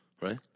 right